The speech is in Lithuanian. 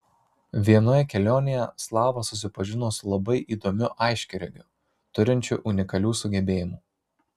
vienoje kelionėje slava susipažino su labai įdomiu aiškiaregiu turinčiu unikalių sugebėjimų